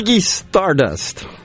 Stardust